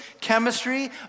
chemistry